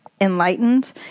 enlightened